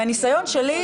מהניסיון שלי,